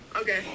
okay